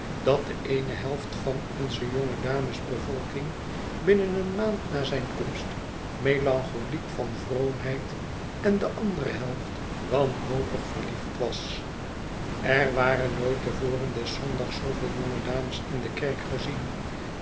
dat de eene helft van pnze jongedamesbevolking binnen een maand na zijn komst melancholiek van vroomheid en de andere helft wanhopig verliefd was er waren nooit te voren des zondags zooveel jonge dames in de kerk gezien